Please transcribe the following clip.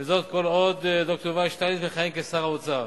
וזאת כל עוד ד"ר יובל שטייניץ מכהן כשר האוצר.